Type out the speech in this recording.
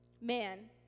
Man